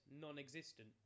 Non-existent